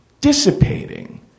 dissipating